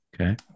Okay